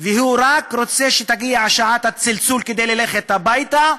והוא רק רוצה שתגיע שעת הצלצול כדי ללכת הביתה,